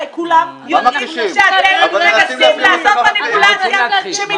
הרי כולם יודעים שאתם מנסים לעשות מניפולציה -- לא מכחישים.